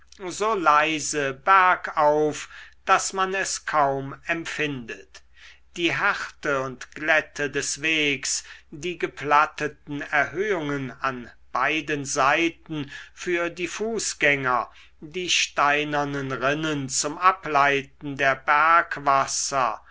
so leise bergauf daß man es kaum empfindet die härte und glätte des wegs die geplatteten erhöhungen an beiden seiten für die fußgänger die steinernen rinnen zum ableiten der